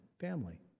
family